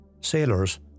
Sailors